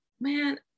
man